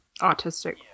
autistic